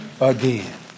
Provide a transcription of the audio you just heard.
again